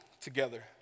together